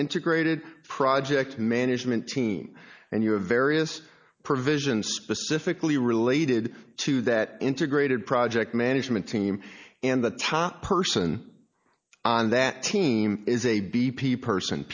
integrated project management team and you have various provisions specifically related to that integrated project management team and the top person on that team is a b p person